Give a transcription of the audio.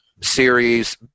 series